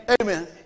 Amen